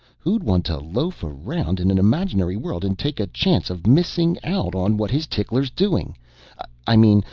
who'd want to loaf around in an imaginary world and take a chance of missing out on what his tickler's doing i mean,